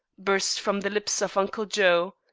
burst from the lips of uncle joe.